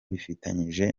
bifatanyije